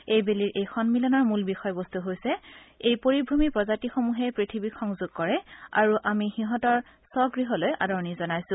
এইবেলিৰ এই সম্মিলনৰ মূল বিষয়বস্তু হৈছে এই পৰিশ্ৰমী প্ৰজাতিসমূহে পৃথিৱীক সংযোগ কৰে আৰু আমি সিহঁতক ঘৰলৈ আদৰণি জনাইছো